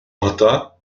hata